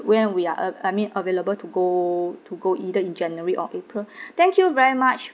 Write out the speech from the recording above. when we are uh I mean available to go to go either in january or april thank you very much